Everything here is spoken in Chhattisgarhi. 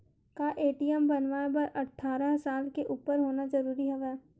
का ए.टी.एम बनवाय बर अट्ठारह साल के उपर होना जरूरी हवय?